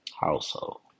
household